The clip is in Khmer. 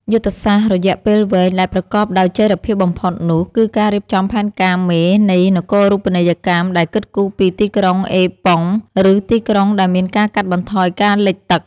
យុទ្ធសាស្ត្ររយៈពេលវែងដែលប្រកបដោយចីរភាពបំផុតនោះ គឺការរៀបចំផែនការមេនៃនគរូបនីយកម្មដែលគិតគូរពី ទីក្រុងអេប៉ុង ឬ ទីក្រុងដែលមានការកាត់បន្ថយការលិចទឹក។